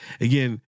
Again